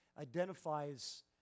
identifies